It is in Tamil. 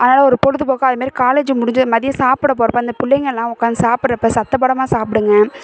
அதனால் ஒரு பொழுதுபோக்காக அதுமாதிரி காலேஜ் முடிஞ்ச மதியம் சாப்பிட போகிறப்ப அந்த பிள்ளைங்கள்லாம் உட்காந்து சாப்பிட்றப்ப சத்தம் போடாமல் சாப்பிடுங்க